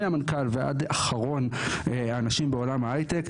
מהמנכ"ל ועד אחרון האנשים בעולם ההייטק,